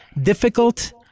difficult